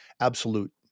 absolute